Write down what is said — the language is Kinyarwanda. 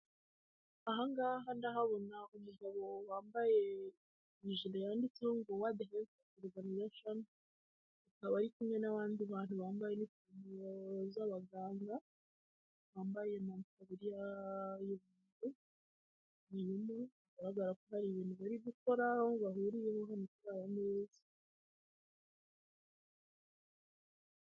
Ahangaha ndahabona umugabo wambaye ijire yanditseho ngo world health organiration, akaba ari kumwe n'abandi bantu bambaye inifomo( uniform) z'abaganga, bambaye amataburiya y'ubururu, barimo bigaragarako hari ibintu bari gukora bahuriyeho hano hano kuri aya meza.